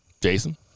Jason